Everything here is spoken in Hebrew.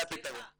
זה הפתרון.